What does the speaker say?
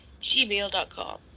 gmail.com